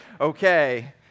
okay